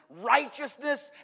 righteousness